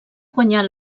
guanyar